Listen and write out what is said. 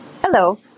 Hello